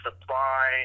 supply